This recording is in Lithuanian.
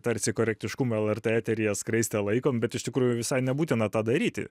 tarsi korektiškumo lrt eteryje skraistę laikom bet iš tikrųjų visai nebūtina tą daryti